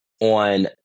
on